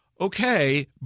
Okay